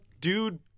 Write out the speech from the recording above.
dude